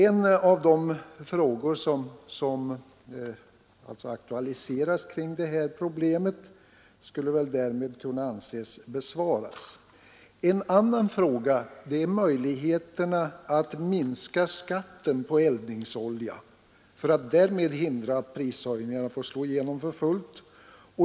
En av de frågor som aktualiseras i samband med detta problem skulle väl därmed kunna anses besvarad. En annan fråga gäller möjligheterna att minska skatten på eldningsolja för att därigenom hindra att prishöjningarna får slå igenom för fullt.